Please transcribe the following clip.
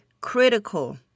critical